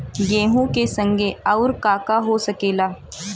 गेहूँ के संगे अउर का का हो सकेला?